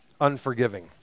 unforgiving